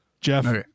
Jeff